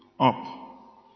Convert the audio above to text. Up